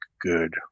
good